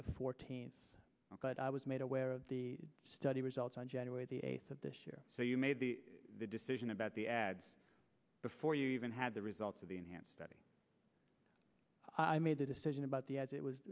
the fourteenth i was made aware of the study results on january the eighth of this year so you made the decision about the ads before you even had the results of the enhanced study i made the decision about the as it was